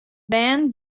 bern